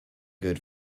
good